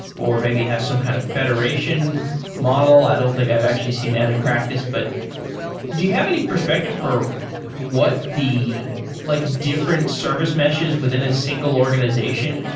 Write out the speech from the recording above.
or maybe you have some kind of federation model. i don't think i've actually seen that in practice, but do you have any perspective for what the like different service meshes within a single organization,